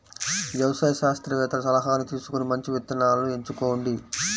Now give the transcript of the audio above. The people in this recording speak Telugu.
వ్యవసాయ శాస్త్రవేత్తల సలాహాను తీసుకొని మంచి విత్తనాలను ఎంచుకోండి